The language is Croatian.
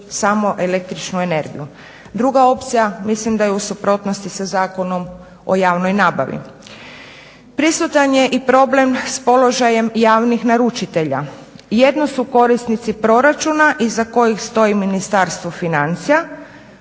samo električnu energiju. Druga opcija mislim da je u suprotnosti sa Zakonom o javnoj nabavi. Prisutan je i problem s položajem javnih naručitelja. Jedno su korisnici proračuna iza kojih stoji Ministarstvo financija